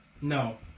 No